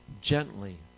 gently